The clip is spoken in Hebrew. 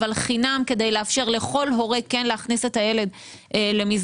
אבל חינם כדי לאפשר לכל הורה כן להכניס את הילד למסגרת.